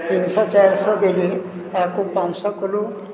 ତିନି ଶହ ଚାରି ଶହ ଦେଲି ତାକୁ ପାଞ୍ଚଶହ କଲୁ